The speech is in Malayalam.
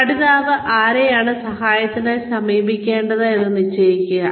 പഠിതാവ് ആരെയാണ് സഹായത്തിനായി സമീപിക്കേണ്ടതെന്ന് നിശ്ചയിക്കുക